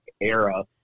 era